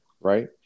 right